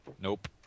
Nope